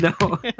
No